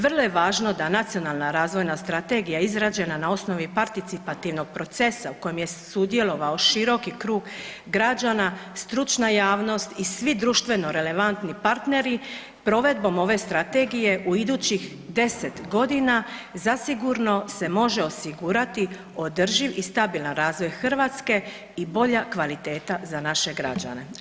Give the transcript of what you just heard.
Vrlo je važno da Nacionalna razvojna strategija izrađena na osnovi participativnog procesa u kojem je sudjelovao široki krug građana stručna javnost i svi društveno-relevantni partneri provedbom ove Strategije u idućih 10 godina zasigurno se može osigurati održiv i stabilan razvoj Hrvatske i bolja kvaliteta za naše građane.